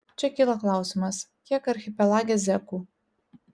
čia kyla klausimas kiek archipelage zekų